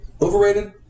overrated